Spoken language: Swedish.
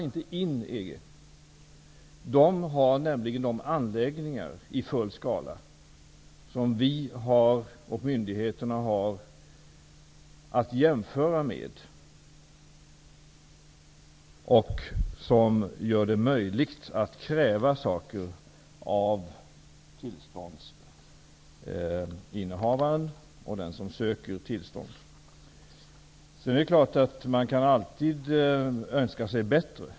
Inom EG har de nämligen i full skala de anläggningar som vi och myndigheterna har att jämföra med och som gör det möjligt att ställa krav på tillståndsinnehavaren och på den som ansöker om tillstånd. Det är klart att man alltid kan önska sig det som är bättre.